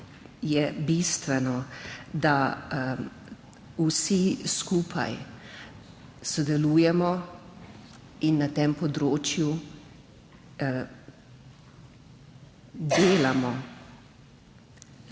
je bistveno, da vsi skupaj sodelujemo in na tem področju delamo